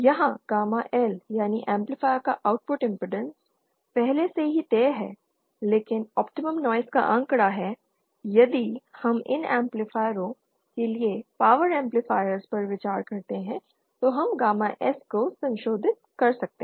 यहां gamma L यानी amplifier का आउटपुट इम्पीडेन्स पहले से ही तय है लेकिन ऑप्टिमम नॉइज़ का आंकड़ा है यदि हम इन एम्पलीफायरों के लिए पावर एम्पलीफायरों पर विचार करते हैं तो हम गामा S को संशोधित कर सकते हैं